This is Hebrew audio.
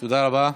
תודה רבה.